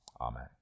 Amen